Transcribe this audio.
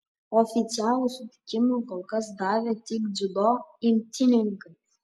oficialų sutikimą kol kas davė tik dziudo imtynininkai